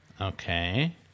Okay